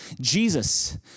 Jesus